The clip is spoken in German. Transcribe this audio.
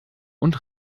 und